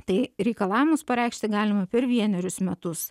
tai reikalavimus pareikšti galima per vienerius metus